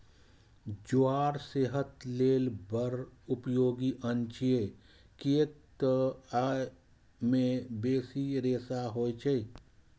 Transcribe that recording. ज्वार सेहत लेल बड़ उपयोगी अन्न छियै, कियैक तं अय मे बेसी रेशा होइ छै